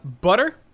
Butter